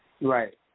Right